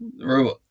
Robot